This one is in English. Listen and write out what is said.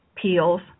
peels